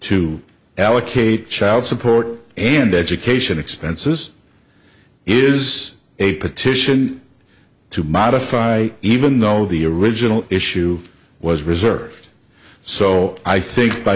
to allocate child support and education expenses is a petition to modify even though the original issue was reserved so i think by